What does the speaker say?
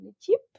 cheap